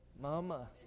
Mama